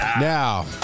Now